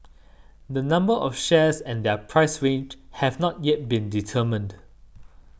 the number of shares and their price range have not yet been determined